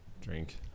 drink